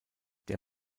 der